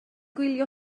gwylio